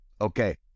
okay